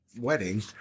wedding